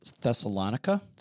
Thessalonica